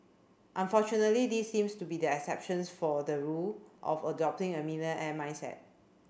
unfortunately these seems to be the exceptions for the rule of adopting a millionaire mindset